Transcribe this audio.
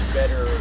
better